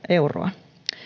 euroa